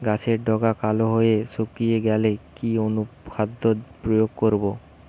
গাছের ডগা কালো হয়ে শুকিয়ে গেলে কি অনুখাদ্য প্রয়োগ করব?